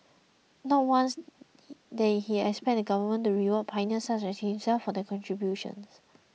not once did he expect the government to reward pioneers such as himself for their contributions